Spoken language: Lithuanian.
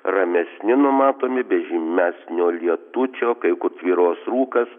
ramesni numatomi be žymesnio lietučio kai kur tvyros rūkas